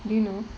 do you know